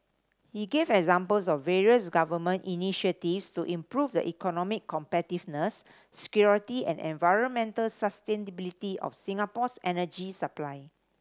he gave examples of various Government initiatives to improve the economic competitiveness security and environmental sustainability of Singapore's energy supply